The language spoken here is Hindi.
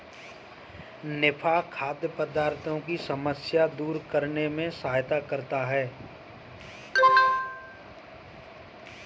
निफा खाद्य पदार्थों की समस्या दूर करने में सहायता करता है